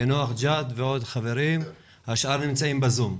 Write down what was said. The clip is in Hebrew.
יאנוח-ג'ת ועוד חברים וכל השאר נמצאים בזום.